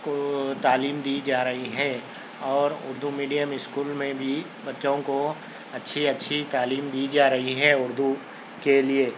کو تعلیم دی جا رہی ہے اور اردو میڈیم اسکول میں بھی بچوں کو اچھی اچھی تعلیم دی جا رہی ہے اردو کے لئے